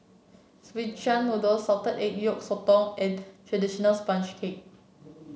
Szechuan Noodle Salted Egg Yolk Sotong and traditional sponge cake